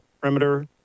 perimeter